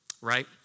right